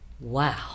Wow